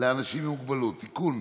לאנשים עם מוגבלות (תיקון,